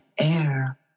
Air